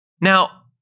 Now